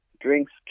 drinks